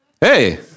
Hey